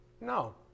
No